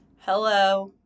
Hello